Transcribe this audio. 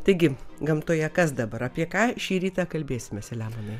taigi gamtoje kas dabar apie ką šį rytą kalbėsime selemonai